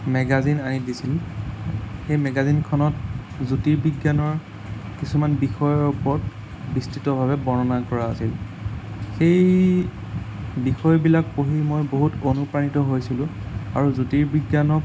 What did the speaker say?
magazine আনি দিছিল সেই মেগাজিনখনত জ্যোতিৰ বিজ্ঞানৰ কিছুমান বিষয়ৰ ওপৰত বিস্তৃতভাৱে বৰ্ণনা কৰা আছিল সেই বিষয়বিলাক পঢ়ি মই বহুত অনুপ্ৰাণিত হৈছিলোঁ আৰু জ্যোতিৰ্বিজ্ঞানক